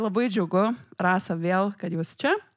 labai džiugu rasa vėl kad jūs čia